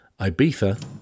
Ibiza